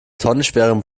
tonnenschwere